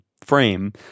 frame